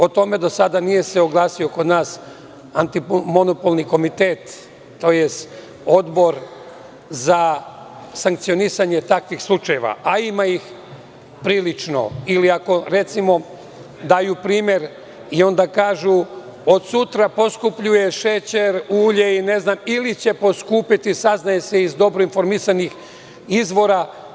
O tome do sada nije se oglasio kod nas antimonopolni komitet, tj. Odbor za sankcionisanje takvih slučajeva, a ima ih prilično, ili ako recimo daju primer i onda kažu od sutra poskupljuje šećer, ulje, ili će poskupeti, saznaje se iz dobro informisanih izvora.